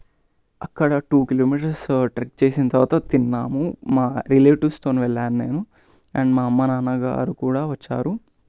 అక్కడ two kilometres trek చేసిన తర్వాత తిన్నాము మా రిలేటివ్స్తో వెళ్ళాను నేను అండ్ మా అమ్మ నాన్న గారు కూడా వచ్చారు